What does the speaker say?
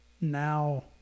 Now